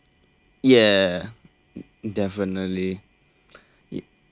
ya definitely